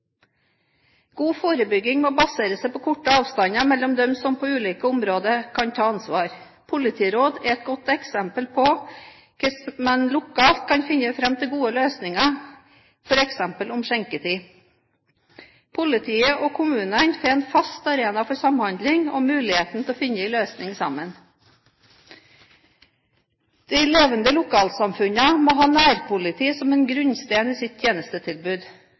God forebygging må basere seg på korte avstander mellom dem som på ulike områder kan ta ansvar. Politiråd er et godt eksempel på hvordan man lokalt kan finne fram til gode løsninger f.eks. om skjenketid. Politiet og kommunene får en fast arena for samhandling, og muligheten til å finne en løsning sammen. De levende lokalsamfunnene må ha nærpolitiet som en grunnstein i sitt tjenestetilbud,